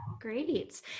Great